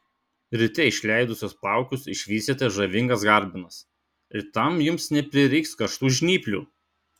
ryte išleidusios plaukus išvysite žavingas garbanas ir tam jums neprireiks karštų žnyplių